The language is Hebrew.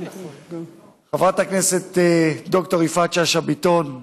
חברת הכנסת ד"ר יפעת שאשא ביטון,